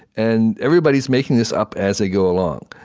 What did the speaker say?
and everybody's making this up as they go along.